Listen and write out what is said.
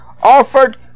offered